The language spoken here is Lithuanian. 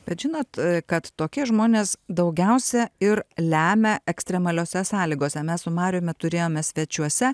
bet žinot kad tokie žmonės daugiausia ir lemia ekstremaliose sąlygose mes su mariumi turėjome svečiuose